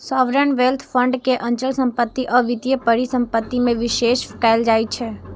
sovereign wealth fund के अचल संपत्ति आ वित्तीय परिसंपत्ति मे निवेश कैल जाइ छै